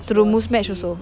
through the Muzmatch also